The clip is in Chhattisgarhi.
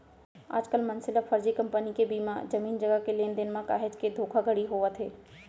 आजकल मनसे ल फरजी कंपनी के बीमा, जमीन जघा के लेन देन म काहेच के धोखाघड़ी होवत हे